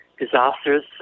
disasters